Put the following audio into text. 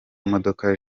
imodoka